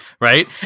right